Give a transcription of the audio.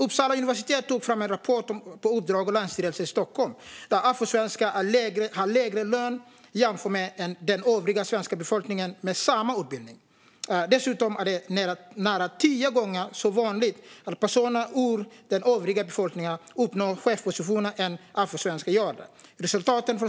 Uppsala universitet tog fram en rapport på uppdrag av Länsstyrelsen Stockholm. Den visar att afrosvenskar har lägre lön än övrig svensk befolkning med samma utbildning. Dessutom är det nära tio gånger så vanligt att personer ur den övriga befolkningen uppnår chefspositioner än att afrosvenskar gör det.